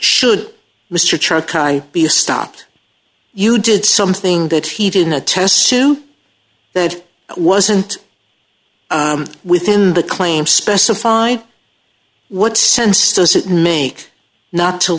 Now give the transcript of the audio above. should mr trump be stopped you did something that he didn't attest to that wasn't within the claim specified what sense does it make not to